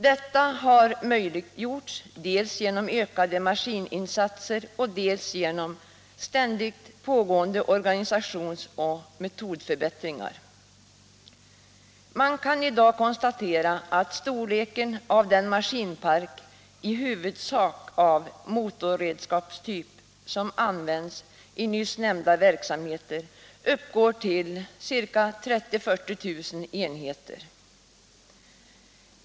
Detta har möjliggjorts dels genom ökade maskininsatser, dels genom ständigt pågående organisations och metodförbättringar. Man kan i dag konstatera att storleken av den maskinpark — i huvudsak av motorredskapstyp — som används i nyss nämnda verksamheter, uppgår till 30 000-40 000 enheter.